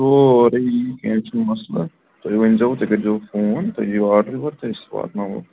سورُے یہِ کیٚنٛہہ چھُنہٕ مَسلے تُہۍ ؤنۍزیٚو تُہۍ کٔرۍزیٚو فون تُہی دِیِو آرڈرٕے یوت أسۍ واتناوَو